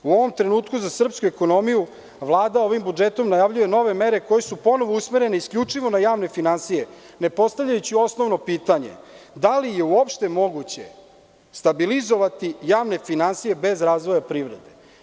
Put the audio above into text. U ovom trenutku, za srpsku ekonomiju, Vlada ovim budžetom najavljuje nove mere koje su ponovo usmerene isključivo na javne finansije, ne postavljajući osnovno pitanje – da li je uopšte moguće stabilizovati javne finansije bez razvoja privrede?